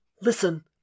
listen